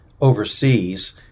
overseas